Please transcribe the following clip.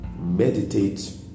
meditate